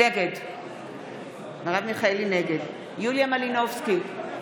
נגד יוליה מלינובסקי,